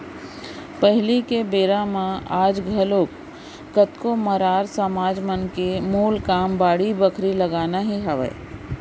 पहिली के बेरा म आज घलोक कतको मरार समाज मन के मूल काम बाड़ी बखरी लगाना ही हावय